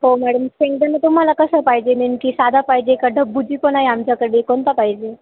हो मॅडम शेंगदाणा तुम्हाला कसं पाहिजे नेमकं साधा पाहिजे का ढब्बूजी पण आहे आमच्याकडे कोणता पाहिजे